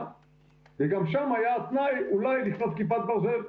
וגם שם היה תנאי אולי לקנות כיפת ברזל.